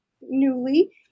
newly